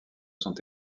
sont